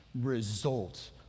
Result